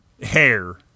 Hair